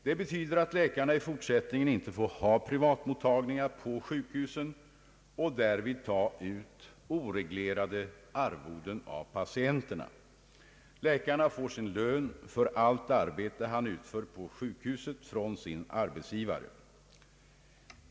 Det betyder att läkarna i fortsättningen inte får ha privatmottagningar på sjukhusen och därvid ta ut oreglerade arvoden av patienterna. Läkaren får lön för allt arbete han utför på sjukhuset från sin arbetsgivare.